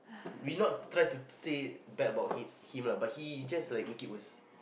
we not try to say bad about him him lah but he just like make it worse